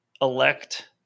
elect